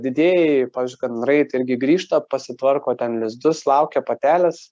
didieji pavyzdžiui gandrai tai irgi grįžta pasitvarko ten lizdus laukia patelės